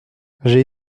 j’ai